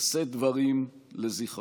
לשאת דברים לזכרה.